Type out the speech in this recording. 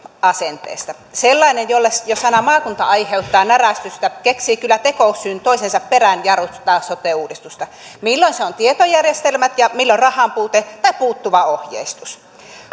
asenteesta sellainen jolle jo sana maakunta aiheuttaa närästystä keksii kyllä tekosyyn toisensa perään jarruttaa sote uudistusta milloin se on tietojärjestelmät ja milloin rahan puute tai puuttuva ohjeistus